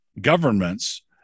governments